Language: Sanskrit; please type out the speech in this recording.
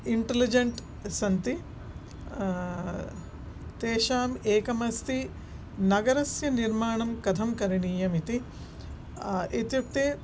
इण्टिलिजेण्ट् सन्ति तेषाम् एकम् अस्ति नगरस्य निर्माणं कथं करणीयम् इति इत्युक्ते